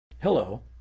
hello.